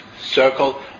circle